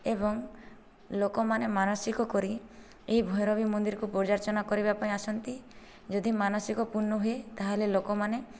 ଏବଂ ଲୋକମାନେ ମାନସିକ କରି ଏହି ଭୈରବୀ ମନ୍ଦିରକୁ ପୂଜା ଅର୍ଚ୍ଚନା କରିବାପାଇଁ ଆସନ୍ତି ଯଦି ମାନସିକ ପୂର୍ଣ୍ଣ ହୁଏ ତାହେଲେ ଲୋକମାନେ